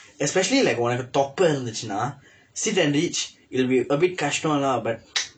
especially like உனக்கு தொப்பை இருந்ததுனா:unakku thoppai irundthathunaa sit and reach it'll be a bit கஷ்டம்:kashdam lah but